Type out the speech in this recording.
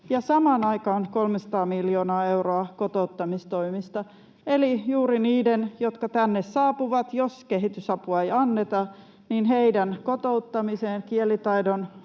samaan aikaan 300 miljoonaa euroa kotouttamistoimista — eli juuri niiden kotouttamisesta, jotka tänne saapuvat, jos kehitysapua ei anneta, kielitaidon opettamisesta